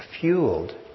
Fueled